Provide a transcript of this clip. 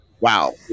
wow